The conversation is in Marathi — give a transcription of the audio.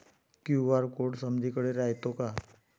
क्यू.आर कोड समदीकडे रायतो का?